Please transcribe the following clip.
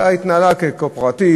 אלא התנהלה כקואופרטיב,